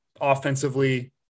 offensively